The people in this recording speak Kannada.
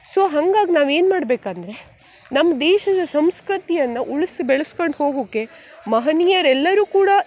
ಸೊ ಹಂಗಾಗಿ ನಾವು ಏನು ಮಾಡಬೇಕಂದ್ರೆ ನಮ್ಮ ದೇಶದ ಸಂಸ್ಕೃತಿಯನ್ನು ಉಳ್ಸಿ ಬೆಳ್ಸ್ಕಂಡು ಹೋಗುಕ್ಕೆ ಮಹನೀಯರೆಲ್ಲರೂ ಕೂಡ